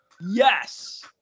Yes